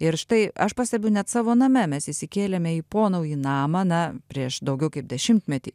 ir štai aš pastebiu net savo name mes įsikėlėme į ponaujį namą na prieš daugiau kaip dešimtmetį